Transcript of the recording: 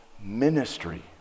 ministry